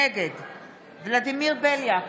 נגד ולדימיר בליאק,